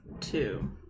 Two